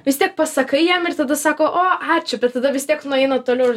vis tiek pasakai jam ir tada sako o ačiū bet tada vis tiek nueina toliau ir